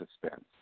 suspense